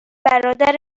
برادر